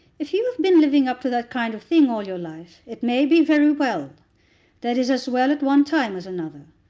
if you have been living up to that kind of thing all your life, it may be very well that is as well at one time as another.